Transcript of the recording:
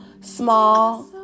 small